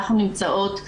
אנחנו נמצאות,